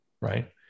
right